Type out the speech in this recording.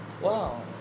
Wow